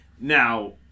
Now